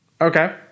Okay